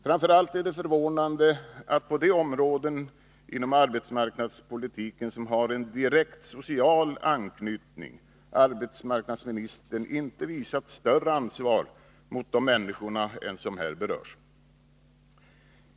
Framför allt är det förvånande att arbetsmarknadsministern på de områden inom arbetsmarknadspolitiken som har en direkt social anknytning inte visat större ansvar mot de människor som här berörs.